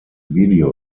video